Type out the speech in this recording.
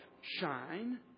shine